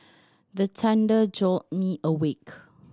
the thunder jolt me awake